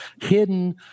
hidden